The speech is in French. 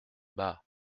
bah